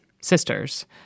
sisters